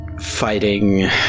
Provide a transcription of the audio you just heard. fighting